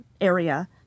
area